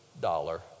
dollar